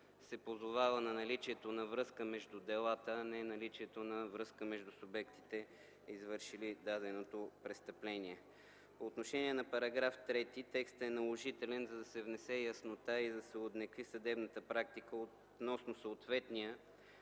се позовава на наличието на връзка между делата, а не на наличието на връзка между субектите, извършили даденото престъпление. По отношение § 3 – текстът е наложителен, за да се внесе яснота и уеднакви съдебната практика относно съответния